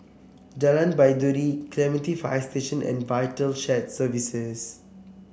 Jalan Baiduri Clementi Fire Station and Vital Shared Services